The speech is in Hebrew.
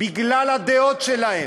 בגלל הדעות שלהם,